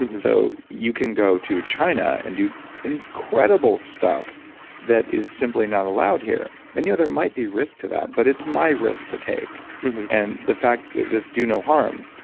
and so you can go to china and do incredible stuff that is simply not allowed here. i know there might be risk to that but it's my risk to take and the fact that this do no harm,